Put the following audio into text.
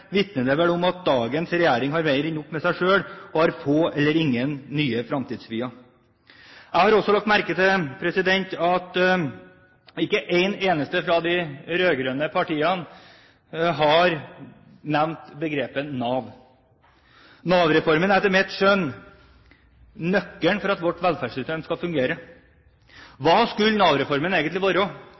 vitner det vel om at dagens regjering har mer enn nok med seg selv og har få eller ingen nye fremtidsvyer. Jeg har også lagt merke til at ikke en eneste fra de rød-grønne partiene har nevnt begrepet «Nav». Nav-reformen er etter mitt skjønn nøkkelen til at vårt velferdssystem skal fungere. Hva skulle Nav-reformen egentlig være?